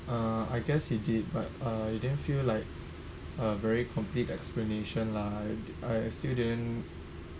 uh I guess he did but uh it didn't feel like a very complete explanation lah I I still didn't